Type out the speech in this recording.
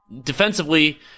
defensively